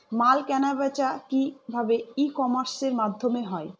মাল কেনাবেচা কি ভাবে ই কমার্সের মাধ্যমে হয়?